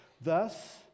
Thus